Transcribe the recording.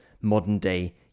modern-day